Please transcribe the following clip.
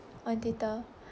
on Twitter